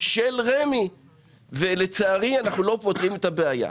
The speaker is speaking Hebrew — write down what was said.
של רמ"י ולצערי אנחנו לא פותרים את הבעיה.